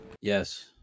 Yes